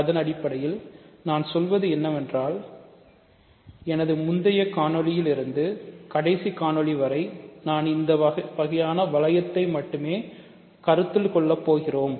இதன் அடிப்படையில் நான் சொல்வது என்னவென்றால் எனது முந்தைய காணொளியில் இருந்து கடைசி காணொளி வரை நான் இந்த வகையான வளையத்தை மட்டுமே கருத்தில் கொள்ள போகிறோம்